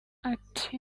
ati